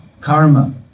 karma